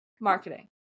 marketing